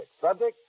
Subject